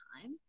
time